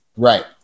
Right